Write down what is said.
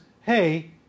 hey